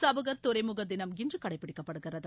Chabahar துறைமுக தினம் இன்று கடைபிடிக்கப்படுகிறது